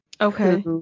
okay